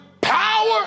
power